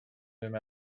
him